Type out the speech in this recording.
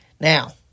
Now